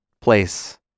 place